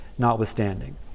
notwithstanding